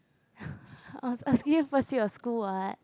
I was asking you first week of school [what]